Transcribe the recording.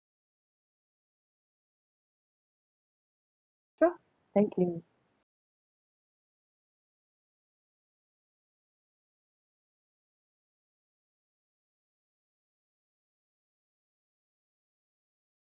sure thank you